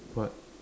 what